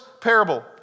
parable